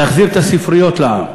להחזיר את הספריות לעם.